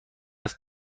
است